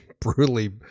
brutally